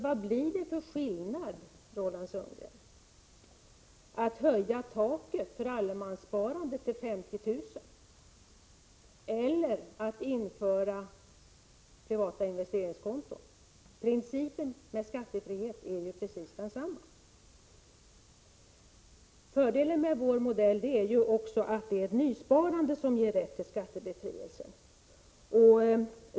Vad är det för skillnad, Roland Sundgren, mellan att höja taket för allemanssparandet till 50 000 kr. och att införa privata investeringskonton? Principen med skattefrihet är densamma. Fördelen med vår modell är att det är ett nysparande som ger rätt till skattebefrielse.